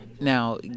Now